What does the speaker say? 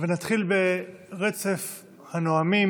נתחיל ברצף הנואמים.